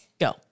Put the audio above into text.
Go